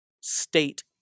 state